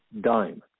dime